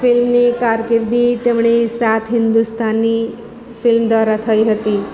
ફિલ્મની કારકિર્દી તેમણે સાત હિન્દુસ્તાની ફિલ્મ દ્વારા થઈ હતી